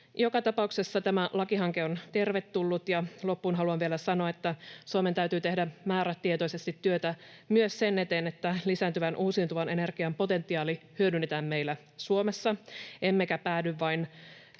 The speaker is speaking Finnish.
Joka tapauksessa tämä lakihanke on tervetullut, ja loppuun haluan vielä sanoa, että Suomen täytyy tehdä määrätietoisesti työtä myös sen eteen, että lisääntyvän uusiutuvan energian potentiaali hyödynnetään meillä Suomessa emmekä päädy vain